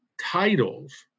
titles